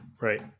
right